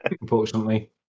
unfortunately